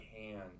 hand